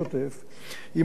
היא מעבירה את הדלקים,